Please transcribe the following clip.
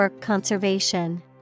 Conservation